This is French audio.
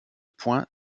point